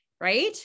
right